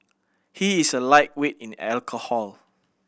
he is a lightweight in alcohol